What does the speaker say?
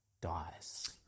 dies